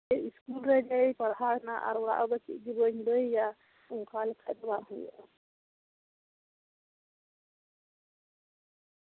school ᱨᱮᱜᱮᱭ ᱯᱟᱲᱦᱟᱣᱮᱱᱟ ᱟᱨ ᱚᱲᱟᱜ ᱨᱮᱫᱚ ᱪᱮᱫ ᱦᱚᱸ ᱵᱟᱧᱹ ᱞᱟᱹᱭᱟ ᱭᱟ ᱚᱱᱠᱟᱞᱮᱠᱷᱟᱱ ᱫᱚ ᱵᱟᱝ ᱦᱩᱭᱩᱜᱼᱟ